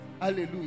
hallelujah